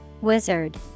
Wizard